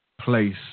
place